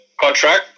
contract